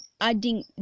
adding